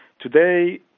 today